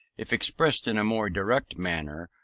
if expressed in a more direct manner,